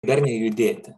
darniai judėti